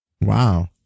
Wow